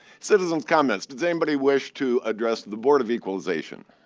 citizens comments. does anybody wish to address the board of equalization?